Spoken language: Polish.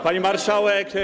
Pani Marszałek!